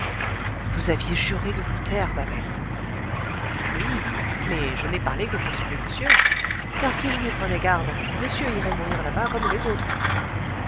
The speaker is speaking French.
vous aviez juré de vous taire babette oui mais je n'ai parlé que pour sauver monsieur car si je n'y prenais garde monsieur irait mourir là-bas comme les autres